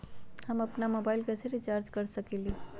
हम अपन मोबाइल कैसे रिचार्ज कर सकेली?